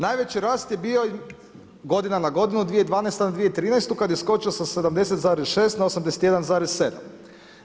Najveći rast je bio godina na godinu 2012. na 2013. kada je skočio sa 70,6 na 81,7.